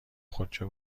خودشو